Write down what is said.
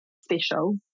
special